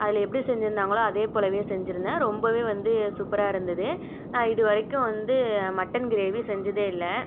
அதில் எப்படி செஞ்சுருந்தாங்களோ அதே போலவே செஞ்சுருந்தேன் ரொம்பவே வந்து சூப்பராக இருந்தது நான் இதுவரைக்கும் வந்து மட்டன் கிரேவி செஞ்சதே இல்லை